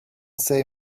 say